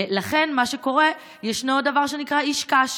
ולכן מה שקורה הוא שישנו דבר שנקרא איש קש.